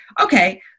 okay